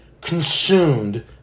consumed